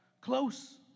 Close